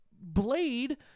blade